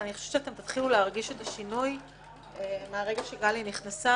ואני חושבת שתתחילו להרגיש את השינוי מהרגע שגלי נכנסה,